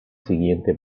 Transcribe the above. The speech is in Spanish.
siguiente